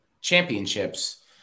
championships